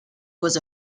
was